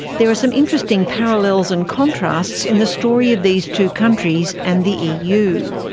there are some interesting parallels and contrasts in the story of these two countries and the eu.